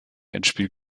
endspiel